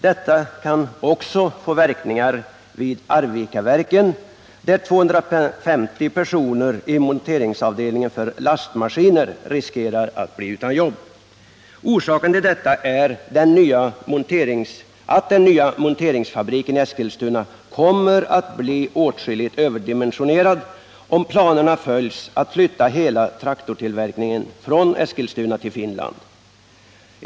Detta kan också få verkningar vid Arvikaverken där 250 personer i monteringsavdelningen för lastmaskiner riskerar att bli utan jobb. Orsaken till detta är att den nya monteringsfabriken i Eskilstuna kommer att bli åtskilligt överdimensionerad om planerna att flytta hela traktortillverkningen från Eskilstuna till Finland följs.